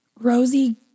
Rosie